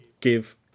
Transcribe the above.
give